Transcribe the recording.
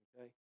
okay